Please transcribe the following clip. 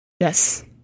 Yes